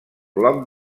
bloc